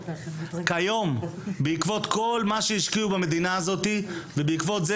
היום בעקבות כל מה שהשקיעו במדינה הזאת ובעקבות זה